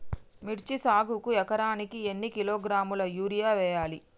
మిర్చి సాగుకు ఎకరానికి ఎన్ని కిలోగ్రాముల యూరియా వేయాలి?